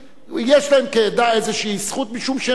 יש להם כעדה איזו זכות משום שהם מאמינים בה.